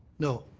no.